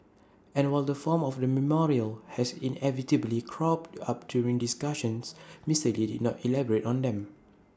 and while the form of the memorial has inevitably cropped up during discussions Mister lee did not elaborate on them